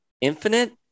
infinite